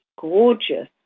gorgeous